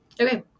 Okay